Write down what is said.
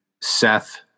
Seth